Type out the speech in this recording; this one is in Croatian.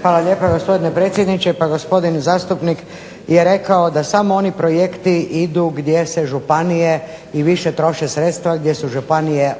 Hvala lijepa gospodine predsjedniče. Pa gospodin zastupnik je rekao da samo oni projekti idu gdje su županije, i više troše sredstva gdje su županije